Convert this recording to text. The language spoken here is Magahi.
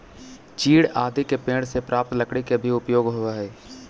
चीड़ आदि के पेड़ से प्राप्त लकड़ी के भी उपयोग होवऽ हई